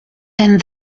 and